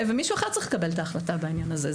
ומישהו אחר צריך לקבל את ההחלטה בעניין הזה.